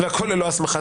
והכול ללא הסמכה.